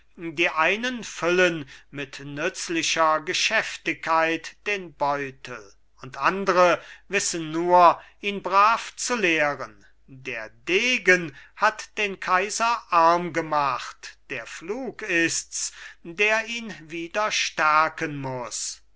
die einen füllen mit nützlicher geschäftigkeit den beutel und andre wissen nur ihn brav zu leeren der degen hat den kaiser arm gemacht der pflug ists der ihn wieder stärken muß